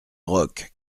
roques